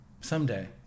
someday